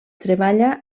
treballa